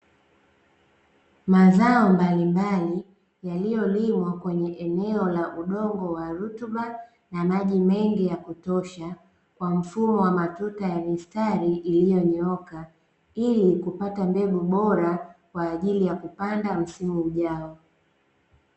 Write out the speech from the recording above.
Mazao mbalimbali yaliyolimwa kwenye eneo la udongo wa rutuba na maji mengi ya kutosha kwa mfumo wa matuta ya mistari iliyonyooka, ili kupata mbegu bora kwa ajili ya kupanda msimu ujao.